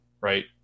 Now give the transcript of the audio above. right